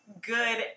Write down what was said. good